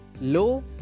low